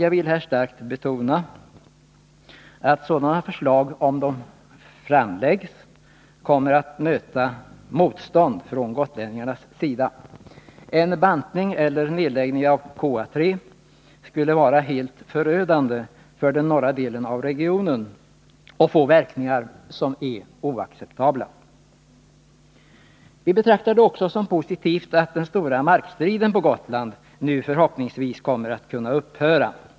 Jag vill här starkt betona att sådana förslag, om de framläggs, kommer att möta motstånd från gotlänningarnas sida. En bantning eller nedläggning av GK/KA 3 skulle vara helt förödande för den norra delen av regionen och få verkningar som är oacceptabla. Vi betraktar det också som positivt att den stora markstriden på Gotland nu förhoppningsvis kommer att kunna upphöra.